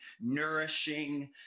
nourishing